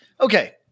okay